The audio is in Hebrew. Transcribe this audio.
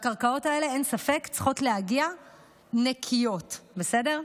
אין ספק שהקרקעות האלה צריכות להגיע נקיות, בסדר?